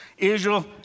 Israel